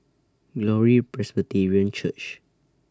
Glory Presbyterian Church